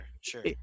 sure